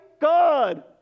God